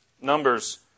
Numbers